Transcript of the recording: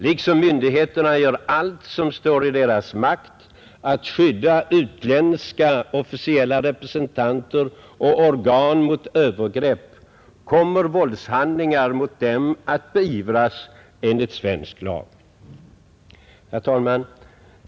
Liksom myndigheterna gör allt som står i deras makt att skydda utländska officiella representanter och organ mot övergrepp, kommer våldshandlingar mot dem att beivras enligt svensk lag. Herr talman!